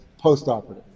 postoperative